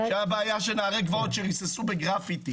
כשהייתה בעיה של נערי גבעות שריססו בגרפיטי,